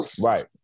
Right